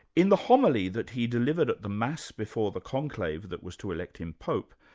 in the homily that he delivered at the mass before the conclave that was to elect him pope,